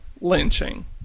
lynching